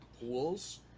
pools